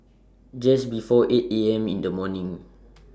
Just before eight A M in The morning